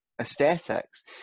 aesthetics